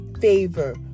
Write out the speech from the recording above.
favor